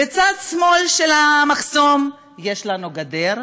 בצד שמאל של המחסום יש לנו גדר,